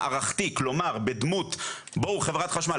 כלומר בדמות בואו חברת חשמל,